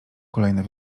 kolejne